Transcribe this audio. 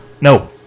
No